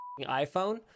iphone